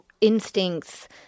instincts